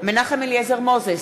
מנחם אליעזר מוזס,